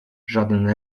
żaden